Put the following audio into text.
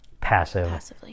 passive